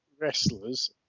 wrestlers